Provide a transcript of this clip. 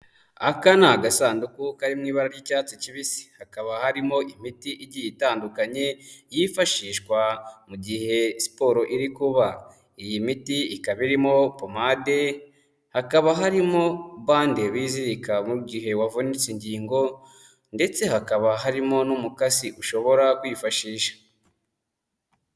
Aka ni agasanduku kari mu ibara ry'icyatsi kibisi, hakaba harimo imiti igiye itandukanye yifashishwa mu gihe siporo iri kuba, iyi miti ikaba irimo pomade, hakaba harimo bande bizirika mu gihe wavunitse ingingo, ndetse hakaba harimo n'umukasi ushobora kwifashisha.